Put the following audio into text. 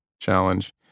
challenge